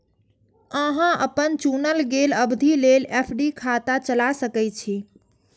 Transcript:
अहां अपन चुनल गेल अवधि लेल एफ.डी खाता चला सकै छी